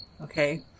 okay